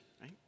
Right